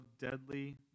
deadly